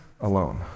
alone